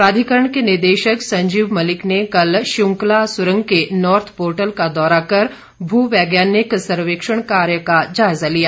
प्राधिकरण के निदेशक संजीव मलिक ने कल शिंक्ला सुरंग के नार्थ पोर्टल का दौरा कर भूवैज्ञानिक सर्वेक्षण कार्य का जायजा लिया